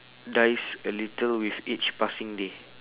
dies a little with each passing day